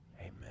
Amen